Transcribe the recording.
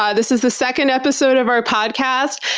um this is the second episode of our podcast.